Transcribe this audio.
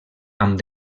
amb